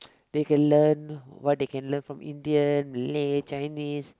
they can learn what they can learn from Indian Malay Chinese